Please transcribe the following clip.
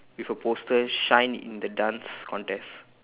with a poster shine in the dance contest